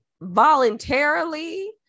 voluntarily